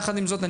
יחד עם זאת,